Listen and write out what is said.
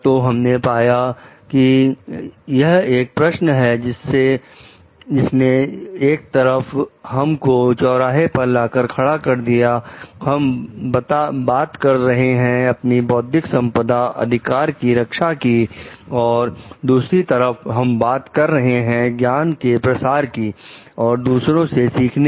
तो हमने पाया कि यह एक प्रश्न है जिसने एक तरफ हम को चौराहे पर लाकर खड़ा कर दिया हम बात कर रहे हैं अपनी बौद्धिक संपदा अधिकार की रक्षा की और दूसरी तरफ हम बात कर रहे हैं ज्ञान के प्रसार की और दूसरों से सीखने की